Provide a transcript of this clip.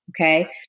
okay